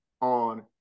on